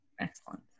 excellent